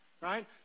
right